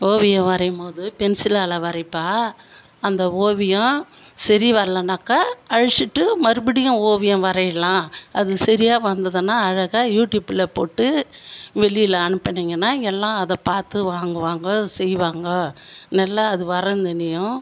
ஓவியம் வரையும் போது பென்சிலால் வரைப்பா அந்த ஓவியம் சரி வரலைனாக்கா அழிச்சுட்டு மறுபடியும் ஓவியம் வரையலாம் அது சரியா வந்ததுன்னா அழகா யூடியூப்பில் போட்டு வெளியில் அனுப்புனீங்கன்னா எல்லாம் அதை பார்த்து வாங்குவாங்க செய்வாங்க நல்லா அது வரைஞ்சோனயும்